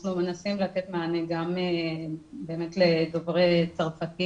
אנחנו מנסים לתת מענה גם לדוברי צרפתית.